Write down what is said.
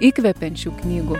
įkvepiančių knygų